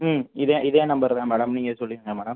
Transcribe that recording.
ம் இதுதான் இதே நம்பர் தான் மேடம் நீங்கள் சொல்லிடுங்க மேடம்